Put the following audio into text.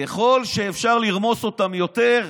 ככל שאפשר לרמוס אותם יותר,